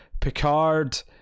Picard